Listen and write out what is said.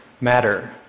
matter